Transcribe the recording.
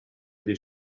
des